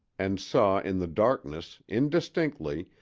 and saw in the darkness, indistinctly,